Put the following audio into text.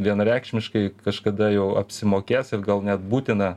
vienareikšmiškai kažkada jau apsimokės ir gal net būtina